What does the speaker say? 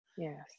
yes